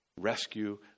rescue